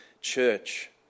church